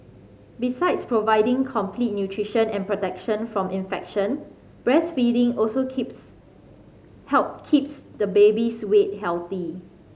besides providing complete nutrition and protection from infection breastfeeding also keeps help keeps the baby's weight healthy